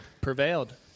prevailed